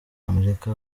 amerika